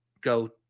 go